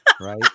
Right